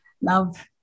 Love